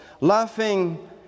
laughing